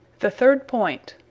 the third point.